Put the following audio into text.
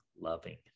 loving